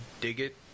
Digit